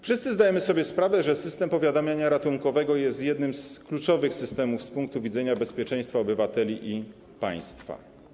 Wszyscy zdajemy sobie sprawę, że system powiadamiania ratunkowego jest jednym z kluczowych systemów z punktu widzenia bezpieczeństwa obywateli i państwa.